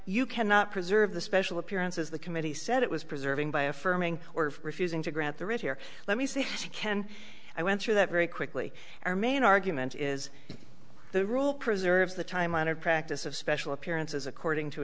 you cannot preserve the special appearances the committee said it was preserving by affirming or refusing to grant the writ here let me see can i went through that very quickly our main argument is the rule preserves the time honored practice of special appearances according to